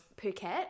Phuket